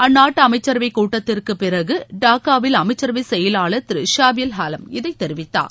அந்நாட்டு அமைச்சரவை கூட்டத்திற்கு பிறகு டாக்காவில் அமைச்சரவை செயலாளா் திரு ஷாஃபியுல் ஆலம் இதை தெரிவித்தார்